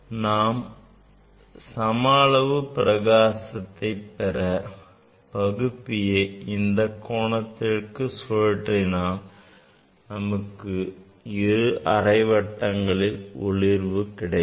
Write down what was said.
நாம் சம அளவு பிரகாசத்தை பெற பகுப்பியை இந்தக் கோணத்திற்கு சுழற்றினால் நமக்கு இரு அரை வட்டங்களிலும் ஒளிர்வு கிடைக்கும்